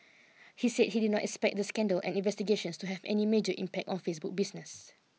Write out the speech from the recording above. he said he did not expect the scandal and investigations to have any major impact on Facebook's business